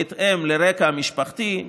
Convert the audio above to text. בהתאם לרקע המשפחתי,